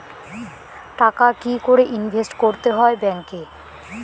টাকা কি করে ইনভেস্ট করতে হয় ব্যাংক এ?